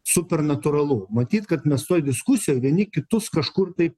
supernatūralu matyt kad mes toj diskusijoj vieni kitus kažkur tai